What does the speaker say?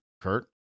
kurt